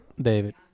David